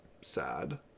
sad